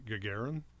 Gagarin